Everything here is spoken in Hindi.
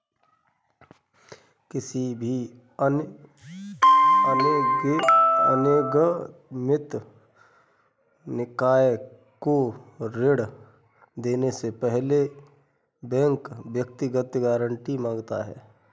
किसी भी अनिगमित निकाय को ऋण देने से पहले बैंक व्यक्तिगत गारंटी माँगता है